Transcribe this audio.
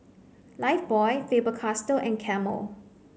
Lifebuoy Faber Castell and Camel